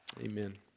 amen